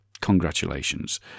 congratulations